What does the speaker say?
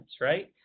right